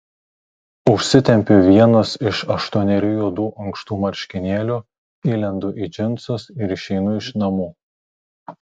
užsitempiu vienus iš aštuonerių juodų ankštų marškinėlių įlendu į džinsus ir išeinu iš namų